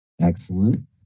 Excellent